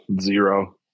Zero